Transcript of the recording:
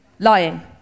Lying